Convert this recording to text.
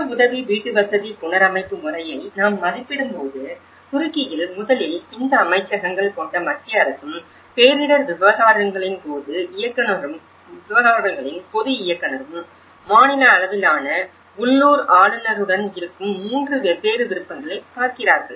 சுய உதவி வீட்டுவசதி புனரமைப்பு முறையை நாம் மதிப்பிடும்போது துருக்கியில் முதலில் இந்த அமைச்சகங்கள் கொண்ட மத்திய அரசும் பேரிடர் விவகாரங்களின் பொது இயக்குநரும் மாநில அளவிலான உள்ளூர் ஆளுநருடன் இருக்கும் 3 வெவ்வேறு விருப்பங்களைப் பார்க்கிறார்கள்